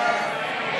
ההסתייגויות לסעיף 35,